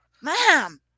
mom